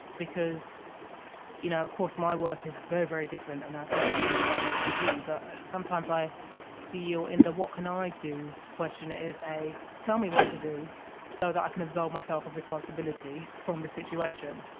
because you know of course my work is very very different and i've never been a child refugee but sometimes i feel in the what can i do question it is a tell me what to do so that i can absolve myself of responsibility from the situation